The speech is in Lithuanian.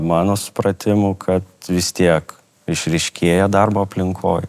mano supratimu kad vis tiek išryškėja darbo aplinkoje